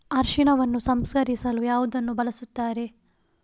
ಅರಿಶಿನವನ್ನು ಸಂಸ್ಕರಿಸಲು ಯಾವುದನ್ನು ಬಳಸುತ್ತಾರೆ?